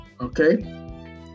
Okay